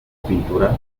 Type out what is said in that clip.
pintura